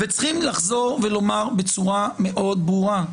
וצריך לחזור ולומר בצורה מאוד ברורה,